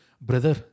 brother